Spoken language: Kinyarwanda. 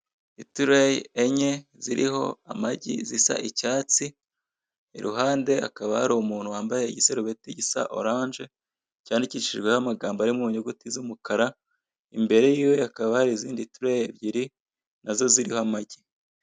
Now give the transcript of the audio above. Itureyi enye ziriho amagi zisa icyatsi iruhande hakaba hari umuntu wambaye igisarubeti gisa oranje cyandikishijweho amagambo ari munyuguti z'umukara imbere yiwe hakaba hariho izindi tereyi ebyiri nazo ziriho amagi.